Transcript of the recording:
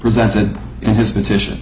presented in his petition